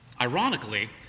Ironically